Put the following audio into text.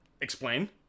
Explain